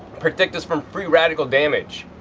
protect us from free radical damage.